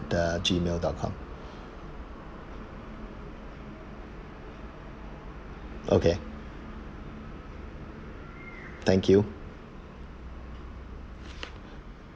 the Gmail dot com okay thank you